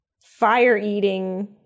fire-eating